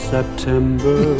September